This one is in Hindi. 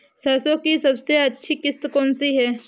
सरसो की सबसे अच्छी किश्त कौन सी है?